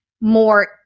more